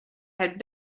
had